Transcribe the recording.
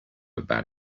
about